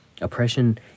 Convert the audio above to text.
Oppression